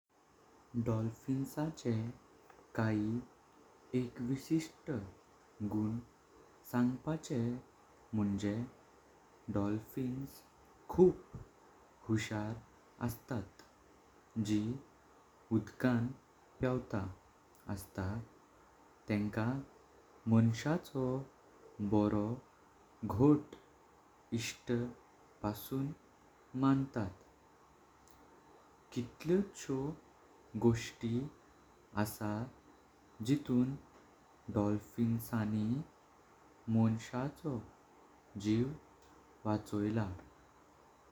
डॉल्फिनसाचे काई एकविसविस्त गुण सांगपाचें मोंझे डॉल्फिन्स खूप हुशार असत। जी उडकां पैवत असता तेंका, माणसाचो बरो घोठ इष्ट पासून म्हणतात, कितल्योंशो गॉस्टी असा जैयतां डॉल्फिनांनी माणसायाचो जीव वाचोयला।